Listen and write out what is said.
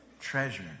Treasure